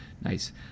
Nice